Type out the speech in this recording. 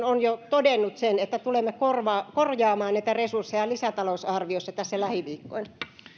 on jo todennut sen että tulemme korjaamaan näitä resursseja lisätalousarviossa lähiviikkoina